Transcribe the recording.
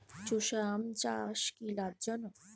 চোষা আম চাষ কি লাভজনক?